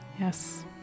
yes